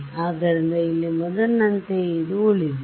ಆದ್ದರಿಂದ ಇಲ್ಲಿ ಮೊದಲಿನಂತೆಯೇ ಇದು ಉಳಿದಿದೆ